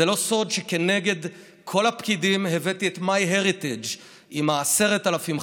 זה לא סוד שכנגד כל הפקידים הבאתי את MyHeritage עם 10,000,